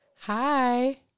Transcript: Hi